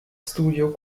studio